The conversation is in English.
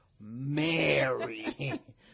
Mary